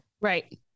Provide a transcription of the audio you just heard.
Right